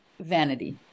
vanity